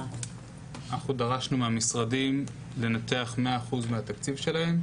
אנחנו היום דנות בניתוח מגדרי של הצעת תקציב המדינה לשנים